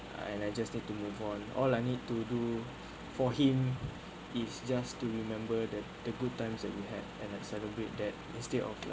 and I just need to move on all I need to do for him is just to remember that the good times that we had and I celebrate that instead of